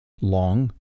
long